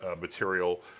material